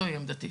זוהי עמדתי.